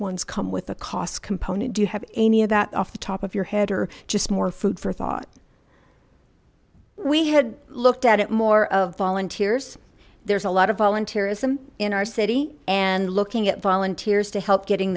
ones come with a cost component do you have any of that off the top of your head or just more food for thought we had looked at it more of volunteers there's a lot of volunteerism in our city and looking at volunteers to help getting